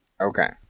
Okay